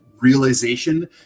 realization